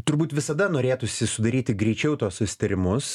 turbūt visada norėtųsi sudaryti greičiau tuos susitarimus